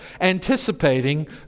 anticipating